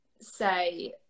say